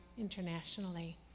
internationally